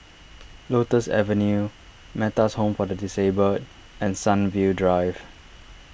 Lotus Avenue Metta's Home for the Disabled and Sunview Drive